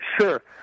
Sure